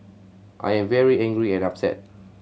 I am very angry and upset